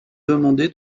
demandé